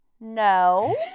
No